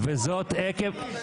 רק תדייק במה שאמרת.